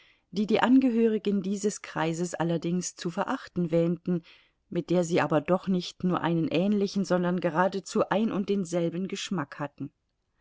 die die angehörigen dieses kreises allerdings zu verachten wähnten mit der sie aber doch nicht nur einen ähnlichen sondern geradezu ein und denselben geschmack hatten